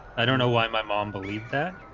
i don't know why my mom believed that